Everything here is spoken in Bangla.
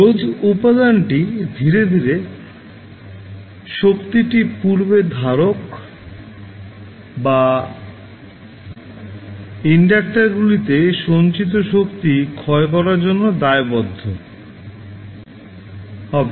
রোধ উপাদানটি ধীরে ধীরে শক্তিটি পূর্বে ধারক বা ইন্ডাক্টর গুলিতে সঞ্চিত শক্তি ক্ষয় করার জন্য দায়বদ্ধ হবে